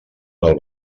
del